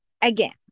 Again